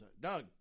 Doug